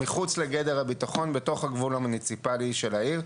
מחוץ לגדר הביטחון בתוך הגבול המוניציפלי של העיר.